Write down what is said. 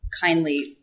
kindly